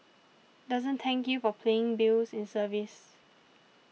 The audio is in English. doesn't thank you for paying bills in service